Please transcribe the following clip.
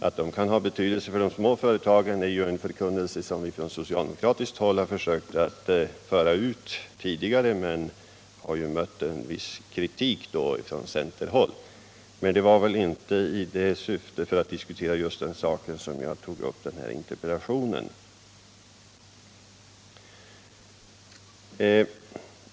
Att de kan ha betydelse för de små företagen är ju en förkunnelse som vi från socialdemokratiskt håll tidigare har försökt föra ut, men då har vi mött en viss kritik från centerhåll. Det var dock inte i syfte att diskutera den saken som jag framställde interpellationen.